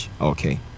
okay